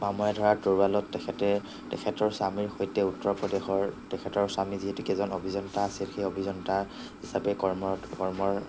মামৰে ধৰা তৰোৱালত তেখেতে তেখেতৰ স্বামীৰ সৈতে উত্তৰ প্ৰদেশৰ তেখেতৰ স্বামী যিহেতুকে এজন অভিযন্তা আছিল সেই অভিযন্তা হিচাপে কৰ্মৰত কৰ্মৰ